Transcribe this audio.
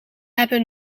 hebben